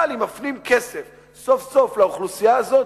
אבל אם מפנים כסף סוף-סוף לאוכלוסייה הזאת,